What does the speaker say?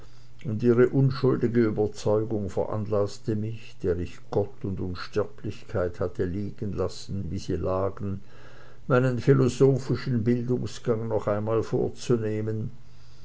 und ihre unschuldige überzeugung veranlaßte mich der ich gott und unsterblichkeit hatte liegenlassen wie sie lagen meinen philosophischen bildungsgang noch einmal vorzunehmen